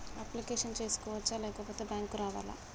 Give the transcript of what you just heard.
Application చేసుకోవచ్చా లేకపోతే bank రావాలా?